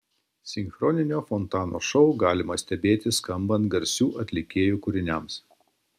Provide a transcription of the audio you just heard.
sinchroninio fontano šou galima stebėti skambant garsių atlikėjų kūriniams